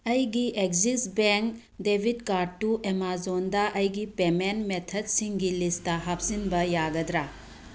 ꯑꯩꯒꯤ Axis bank debit ꯀꯥꯔꯠꯇꯨ ꯑꯃꯥꯖꯣꯟꯗ ꯑꯩꯒꯤ ꯄꯦꯃꯦꯟ ꯃꯦꯊꯠꯁꯤꯡꯒꯤ ꯂꯤꯁꯇ ꯍꯥꯞꯆꯤꯟꯕ ꯌꯥꯒꯗ꯭ꯔꯥ